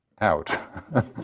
out